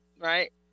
right